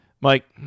Mike